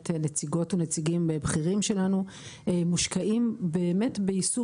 נציגות ונציגים בכירים שלנו מושקעים באמת ביישום